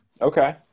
Okay